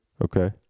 Okay